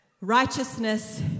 Righteousness